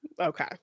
Okay